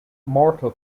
mortal